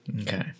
Okay